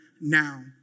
now